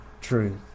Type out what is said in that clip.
truth